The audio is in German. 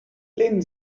lehnen